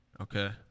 Okay